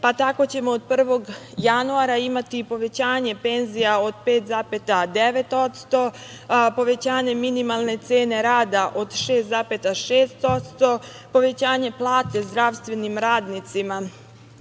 pa tako ćemo od 1. januara imati i povećanje penzija od 5,9%, povećanje minimalne cene rada od 6,6%, povećanje plate zdravstvenim radnicima